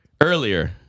earlier